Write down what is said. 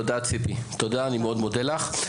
תודה, ציפי, תודה, אני מאוד מודה לך.